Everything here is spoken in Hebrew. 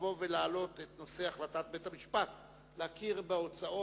לבוא ולהעלות את נושא: החלטת בית-המשפט להכיר בהוצאה